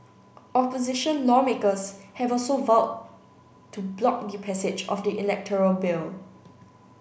opposition lawmakers have also vowed to block the passage of the electoral bill